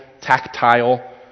tactile